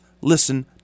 listen